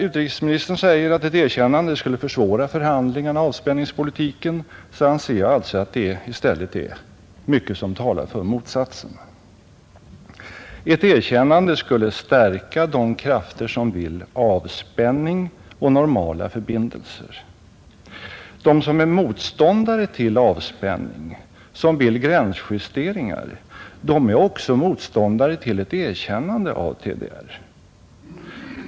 Utrikesministern säger att ett erkännande skulle försvåra förhandlingarna och avspänningspolitiken, men jag anser att mycket i stället talar för motsatsen. Ett erkännande skulle stärka de krafter som vill avspänning och normala förbindelser. De som är motståndare till avspänning, som vill gränsjusteringar, de är också motståndare till ett erkännande av TDR.